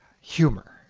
humor